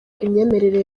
imyemerere